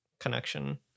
connection